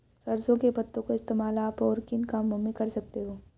सरसों के पत्तों का इस्तेमाल आप और किन कामों में कर सकते हो?